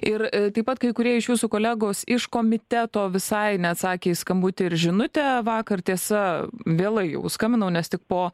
ir taip pat kai kurie iš jūsų kolegos iš komiteto visai neatsakė į skambutį ir žinutę vakar tiesa vėlai jau skambinau nes tik po